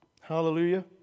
Hallelujah